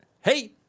hey